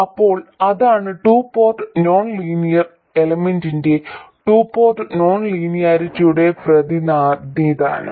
അപ്പോൾ അതാണ് two port non linear എലമെന്റിന്റെ ടു പോർട്ട് നോൺ ലീനിയാരിറ്റിയുടെ പ്രതിനിധാനം